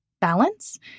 balance